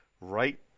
right